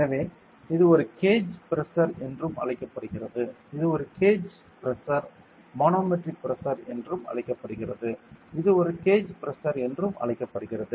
எனவே இது ஒரு கேஜ் பிரஷர் என்றும் அழைக்கப்படுகிறது இது ஒரு கேஜ் பிரஷர் மனோமெட்ரிக் பிரஷர் என்றும் அழைக்கப்படுகிறது இது ஒரு கேஜ் பிரஷர் என்றும் அழைக்கப்படுகிறது